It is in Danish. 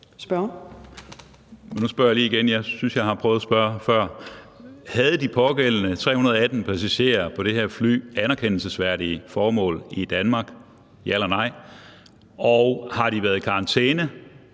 Havde de pågældende 318 passagerer på det her fly anerkendelsesværdige formål i Danmark – ja eller nej? Og har de været i karantæne